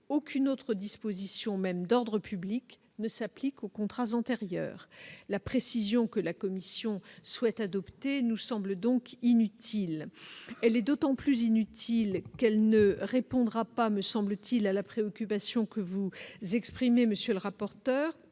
aucune autre disposition même d'ordre public ne s'applique aux contrats antérieurs, la précision que la Commission souhaite adopter nous semble donc inutile, elle est d'autant plus inutile qu'elle ne répondra pas, me semble-t-il, à la préoccupation que vous exprimez monsieur le rapporteur,